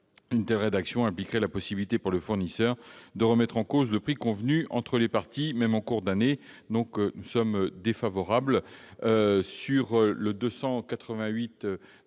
Une telle rédaction impliquerait la possibilité pour le fournisseur de remettre en cause le prix convenu entre les parties, même en cours d'année. Telles sont les raisons pour lesquelles